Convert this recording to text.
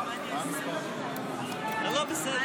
רבותיי השרים,